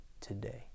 today